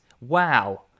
Wow